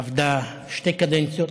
עבדה שתי קדנציות.